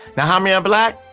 now, how many are black?